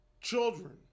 children